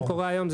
היום,